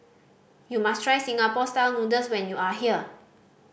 you must try Singapore Style Noodles when you are here